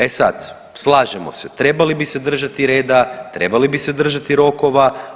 E sad, slažemo se trebali bi se držati reda, trebali bi se držati rokova.